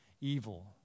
evil